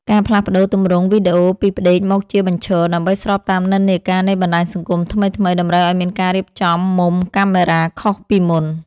ការផ្លាស់ប្តូរទម្រង់វីដេអូពីផ្ដេកមកជាបញ្ឈរ ដើម្បីស្របតាមនិន្នាការនៃបណ្ដាញសង្គមថ្មីៗ តម្រូវឱ្យមានការរៀបចំមុំកាមេរ៉ាខុសពីមុន។